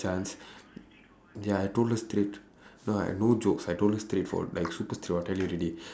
chance ya I told her straight no I no jokes I told her straightforward like super strict I tell you already